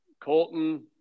Colton